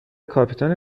کاپیتان